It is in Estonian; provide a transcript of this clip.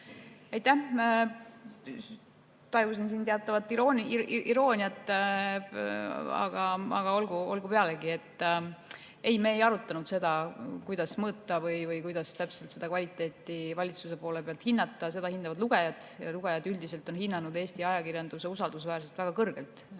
Ma tajusin siin teatavat irooniat, aga olgu pealegi. Ei, me ei arutanud seda, kuidas mõõta või kuidas täpselt seda kvaliteeti valitsuses hinnata. Seda hindavad lugejad. Lugejad üldiselt on hinnanud Eesti ajakirjanduse usaldusväärsust väga kõrgelt.